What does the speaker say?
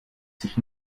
sich